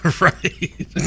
Right